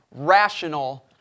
rational